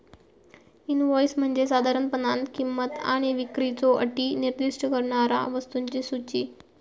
invoice म्हणजे साधारणपणान किंमत आणि विक्रीच्यो अटी निर्दिष्ट करणारा वस्तूंची सूची